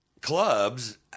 clubs